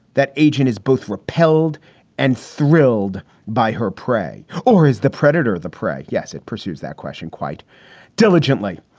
that agent is both repelled and thrilled by her prey. or is the predator the prey? yes, it pursues that question quite diligently.